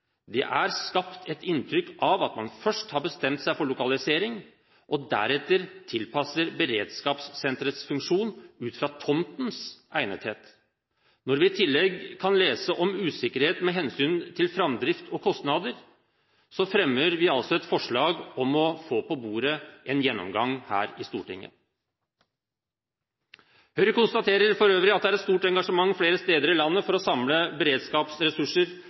Det er skapt et inntrykk av at man først har bestemt seg for lokalisering, og deretter tilpasser beredskapssenterets funksjon ut fra tomtens egnethet. Når vi i tillegg kan lese om usikkerhet med hensyn til framdrift og kostnader, er vi altså med på et forslag om å få på bordet her i Stortinget en gjennomgang. Høyre konstaterer for øvrig at det flere steder i landet er et stort engasjement for å samle beredskapsressurser,